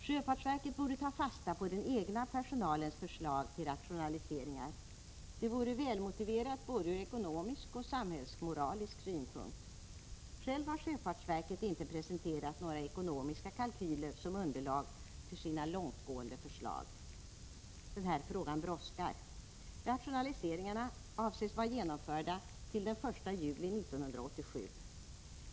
Sjöfartsverket borde ta fasta på den egna personalens förslag till rationaliseringar — det vore välmotiverat ur både ekonomisk och samhällsmoralisk synpunkt. Självt har sjöfartsverket inte presenterat några ekonomiska kalkyler som underlag för sina långtgående förslag. Den här frågan brådskar. Rationaliseringarna avses vara genomförda till den 1 juli 1987.